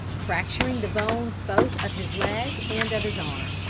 fracturing the bones both of his leg and of his arm.